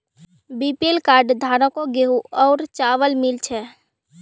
BPL card धारकों गेहूं और चावल मिल छे